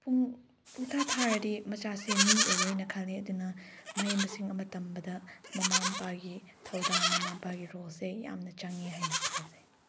ꯄꯨꯡꯊꯥ ꯊꯥꯔꯗꯤ ꯃꯆꯥꯁꯦ ꯃꯤ ꯑꯣꯏꯔꯣꯏꯅ ꯈꯜꯂꯤ ꯑꯗꯨꯅ ꯃꯍꯩ ꯃꯁꯤꯡ ꯑꯃ ꯇꯝꯕꯗ ꯃꯃꯥ ꯃꯄꯥꯒꯤ ꯊꯧꯗꯥꯡ ꯃꯃꯥ ꯃꯄꯥꯒꯤ ꯔꯣꯜꯁꯦ ꯌꯥꯝꯅ ꯆꯪꯉꯦ ꯍꯥꯏꯅ ꯊꯥꯖꯩ